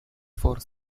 for